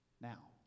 Now